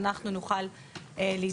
אנחנו נוכל להתבסס,